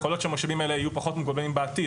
יכול להיות שהמשאבים האלה יהיו פחות מוגבלים בעתיד